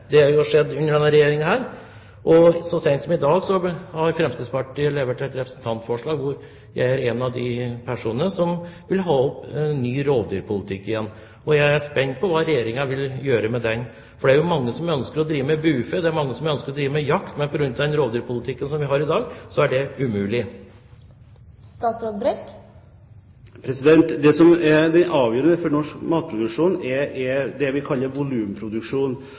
Det har denne regjeringen vedtatt. Så sent som i dag har Fremskrittspartiet levert inn et representantforslag, hvor jeg er en av forslagsstillerne, om å få en ny debatt om rovdyrpolitikken. Jeg er spent på hva Regjeringen vil gjøre med det forslaget. Det er mange som ønsker å drive med bufe, og det er mange som ønsker å drive med jakt, men på grunn av den rovdyrpolitikken vi har i dag, er det umulig. Det som er det avgjørende for norsk matproduksjon, er det vi kaller volumproduksjon,